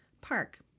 park